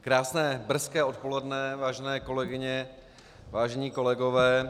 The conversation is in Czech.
Krásné brzké odpoledne, vážené kolegyně, vážení kolegové.